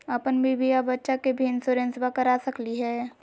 अपन बीबी आ बच्चा के भी इंसोरेंसबा करा सकली हय?